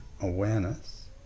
awareness